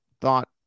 thought